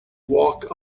walk